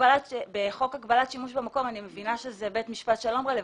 בחוק הגבלת שימוש במקום בית משפט שלום רלוונטי.